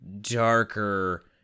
darker